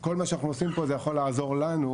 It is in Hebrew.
כל מה שאנחנו עושים פה זה יכול לעזור לנו,